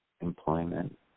employment